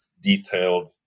detailed